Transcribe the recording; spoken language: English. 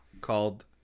called